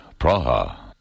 Praha